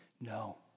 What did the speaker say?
No